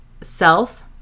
self